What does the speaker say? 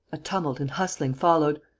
a tumult and hustling followed.